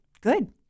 good